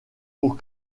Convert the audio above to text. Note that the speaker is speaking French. pour